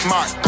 Mark